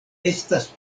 estas